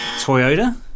Toyota